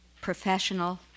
professional